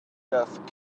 depth